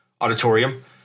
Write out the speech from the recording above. Auditorium